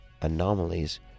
anomalies